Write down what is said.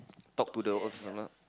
talk to the